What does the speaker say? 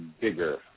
bigger